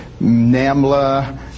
NAMLA